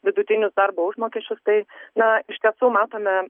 vidutinius darbo užmokesčius tai na iš tiesų matome